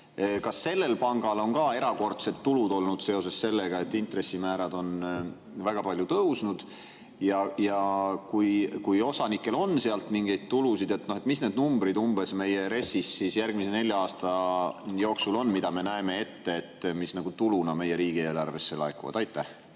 Kas sellel pangal on ka erakordsed tulud olnud seoses sellega, et intressimäärad on väga palju tõusnud? Ja kui osanikud on sealt mingeid tulusid [saanud], siis mis need numbrid umbes meie RES‑is järgmise nelja aasta jooksul on, mille puhul me näeme ette, et need tuluna meie riigieelarvesse laekuvad? Aitäh!